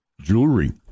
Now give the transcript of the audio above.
jewelry